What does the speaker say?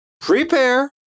prepare